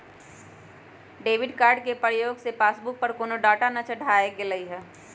debit card के प्रयोग से पासबुक पर कोनो डाटा न चढ़ाएकर गेलइ ह